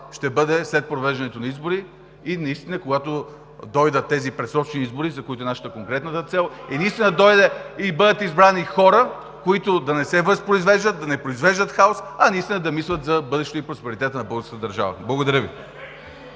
ще бъде след провеждане на избори и наистина, когато дойдат тези предсрочни избори, които са нашата конкретна цел, и наистина дойдат и бъдат избрани хора, които да не се възпроизвеждат, да не произвеждат хаос, а да мислят за бъдещето и просперитета на българската държава. Благодаря Ви.